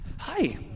Hi